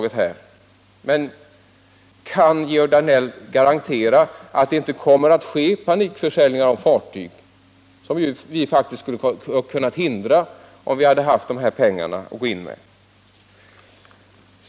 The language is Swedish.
Men hur kan Georg Danell garantera att det inte kommer att ske panikförsäljningar av fartyg, som vi faktiskt skulle ha kunnat hindra, om vi hade haft de här pengarna att gå in med?